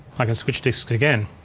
i can switch disks again.